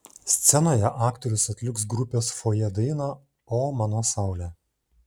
scenoje aktorius atliks grupės fojė dainą o mano saule